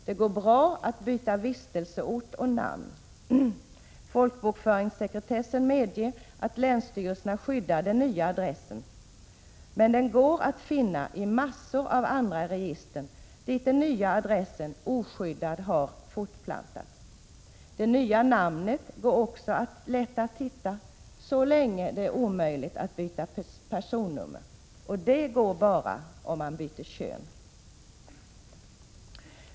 Det går bra att byta vistelseort och namn. Folkbokföringssekretessen medger att länsstyrelserna skyddar den nya adressen, men den går att finna i massor av andra register dit den nya adressen oskyddad har fortplantats. Det nya namnet går också lätt att hitta, så länge det är omöjligt att byta personnummer, och det går bara om man byter kön.